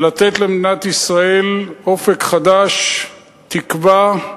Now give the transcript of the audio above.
ולתת למדינת ישראל אופק חדש, תקווה,